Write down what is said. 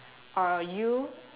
are you